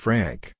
Frank